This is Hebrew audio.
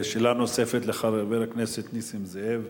שאלה נוספת לחבר הכנסת נסים זאב.